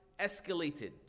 escalated